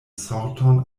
sorton